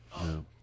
No